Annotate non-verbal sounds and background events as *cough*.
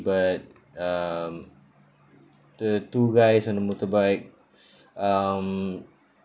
but um the two guys on a motorbike *breath* um